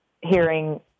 hearing